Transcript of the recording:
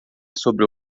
sobre